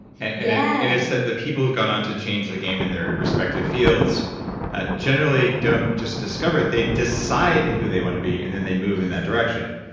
and yeah and it said the people who've gone on to the change the game in their respective fields generally don't just discover it, they decide who they want to be and then they move in that direction.